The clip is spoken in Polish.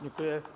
Dziękuję.